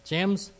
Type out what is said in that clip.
James